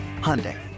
Hyundai